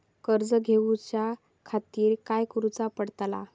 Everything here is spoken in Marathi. कर्ज घेऊच्या खातीर काय करुचा पडतला?